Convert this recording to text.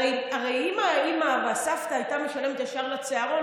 הרי אם האימא או הסבתא היו משלמות ישר לצהרון,